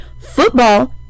Football